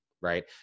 right